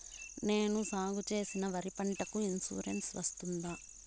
నేను సాగు చేసిన వరి పంటకు ఇన్సూరెన్సు వస్తుందా?